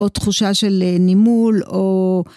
או תחושה של נימול או...